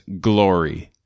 Glory